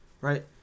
right